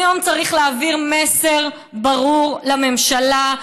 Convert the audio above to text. היום צריך להעביר מסר ברור לממשלה: